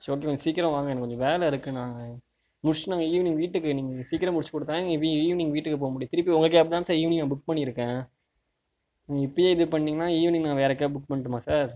சரி ஓகே கொஞ்சம் சீக்கிரம் வாங்க எனக்கு கொஞ்சம் வேலை இருக்கு நான் முடிஷ்ட்டு நாங்கள் ஈவினிங் வீட்டுக்கு நீங்கள் சீக்கிரம் முடிச்சு கொடுத்தா தான் எங்கள் ஈவினிங் வீட்டுக்கு போக முடியும் திருப்பியும் உங்கள் கேப் தான் சார் ஈவினிங் நான் புக் பண்ணிருக்கேன் நீங்க இப்பயே இது பண்ணிங்கன்னா ஈவினிங் நான் வேற கேப் புக் பண்ணட்டுமா சார்